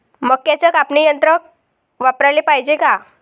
मक्क्याचं कापनी यंत्र वापराले पायजे का?